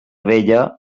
vella